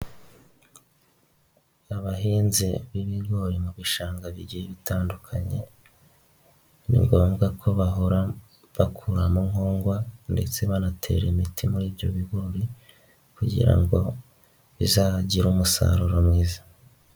Abahinzi b'ibigori mu bishanga bigiye bitandukanye ni ngombwa ko bahora bakuramo nkongwa ndetse banatera imiti muri ibyo bigori kugira ngo bizagire umusaruro mwiza.